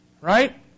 Right